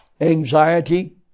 Anxiety